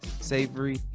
savory